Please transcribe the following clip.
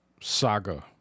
Saga